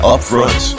Upfront